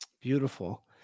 Beautiful